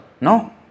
No